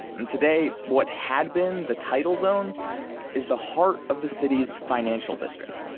and today, what had been the title zone is the heart of the city's financial district.